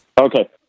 Okay